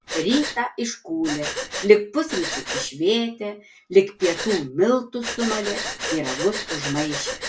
rytą iškūlė lig pusryčių išvėtė lig pietų miltus sumalė pyragus užmaišė